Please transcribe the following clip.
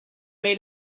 made